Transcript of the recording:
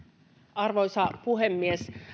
arvoisa puhemies